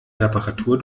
reparatur